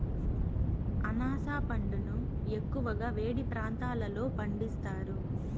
అనాస పండును ఎక్కువగా వేడి ప్రాంతాలలో పండిస్తారు